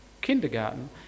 kindergarten